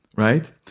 right